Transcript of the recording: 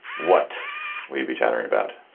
what we'd be chattering about.